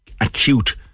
acute